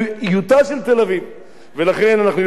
ולכן אנחנו יודעים שגם הבית היהודי,